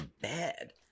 bad